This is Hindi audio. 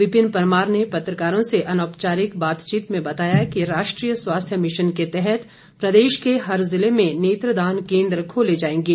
विपिन परमार ने पत्रकारों से अनौपचारिक बातचीत में बताया कि राष्ट्रीय स्वास्थ्य मिशन के तहत प्रदेश के हर जिले में नेत्रदान केन्द्र खोले जाएंगे